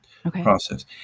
process